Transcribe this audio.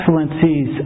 excellencies